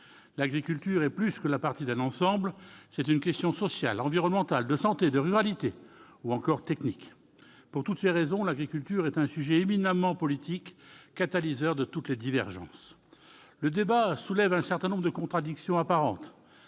L'agriculture est plus que la partie d'un ensemble. C'est une question sociale, environnementale, de santé, de ruralité ou encore technique. Pour toutes ces raisons, l'agriculture est un sujet éminemment politique, catalyseur de toutes les divergences. Le débat soulève un certain nombre de contradictions apparentes,